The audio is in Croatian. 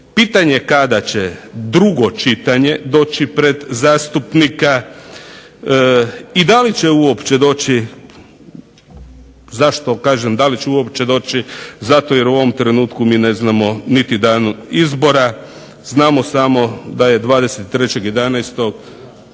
pitanje kada će drugo čitanje doći pred zastupnike i da li će uopće doći. Zašto kažem da li će uopće doći? Zato jer u ovom trenutku mi ne znamo niti dan izbora, znamo samo da je 23.11.2003.